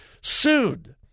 sued